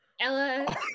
Ella